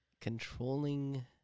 Controlling